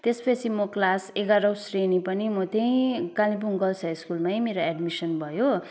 त्यसपछि म क्लास एघारौँ श्रेणी पनि म त्यहीँ कालिम्पोङ गर्ल्स हाई स्कुलमै मेरो एड्मिसन भयो